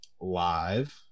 live